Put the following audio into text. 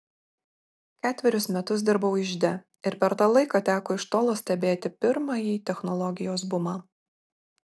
ketverius metus dirbau ižde ir per tą laiką teko iš tolo stebėti pirmąjį technologijos bumą